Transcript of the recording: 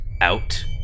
out